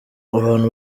abantu